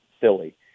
silly